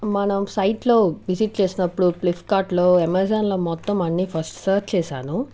మనం సైట్లో విజిట్ చేసినప్పుడు ప్లిఫ్కార్ట్లో ఎమెజాన్లో మొత్తం అన్నీ ఫస్ట్ సర్చ్ చేశాను